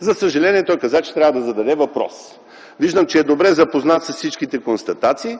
За съжаление той каза, че трябва да зададе въпрос. Виждам, че е добре запознат с всички констатации.